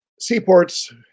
Seaports